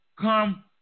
come